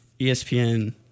ESPN